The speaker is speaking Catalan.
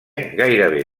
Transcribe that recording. gairebé